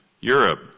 Europe